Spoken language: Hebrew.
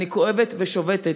אני כואבת ושובתת.